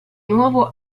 nuovo